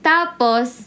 Tapos